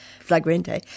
Flagrante